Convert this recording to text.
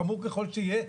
חמור ככל שיהיה,